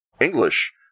English